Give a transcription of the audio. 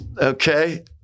okay